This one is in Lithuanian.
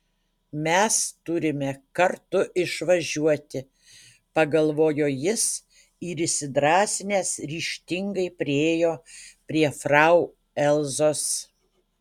mes turime kartu išvažiuoti pagalvojo jis ir įsidrąsinęs ryžtingai priėjo prie frau elzos